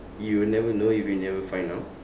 you'll never know if you never find out